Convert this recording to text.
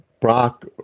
Brock